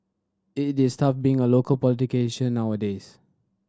it is tough being a local politician nowadays